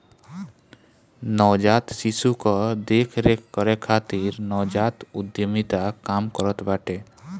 नवजात शिशु कअ देख रेख करे खातिर नवजात उद्यमिता काम करत बाटे